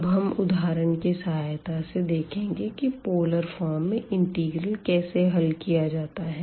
अब हम उदाहरण की सहायता से देखेंगे की पोलर फॉर्म में इंटीग्रल कैसे हल किया जाता है